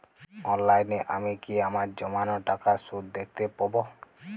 অনলাইনে আমি কি আমার জমানো টাকার সুদ দেখতে পবো?